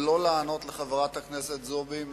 לא לענות לחברת הכנסת זועבי,